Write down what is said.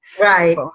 Right